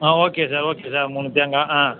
ஆ okay sir okay sir மூணு தேங்காய் ஆ